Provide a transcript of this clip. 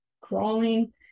crawling